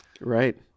right